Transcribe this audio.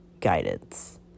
guidance